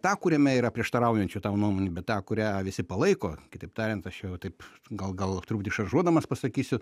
tą kuriame yra prieštaraujančių tau nuomonių bet tą kurią visi palaiko kitaip tariant aš jau taip gal gal truputį šaržuodamas pasakysiu